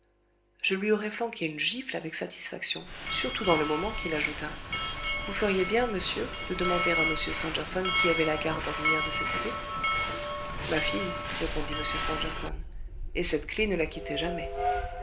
je lui aurais flanqué une gifle avec satisfaction surtout dans le moment qu'il ajouta vous feriez bien monsieur de demander à m stangerson qui avait la garde ordinaire de cette clef ma fille répondit m stangerson et cette clef ne la quittait jamais